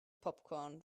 popcorn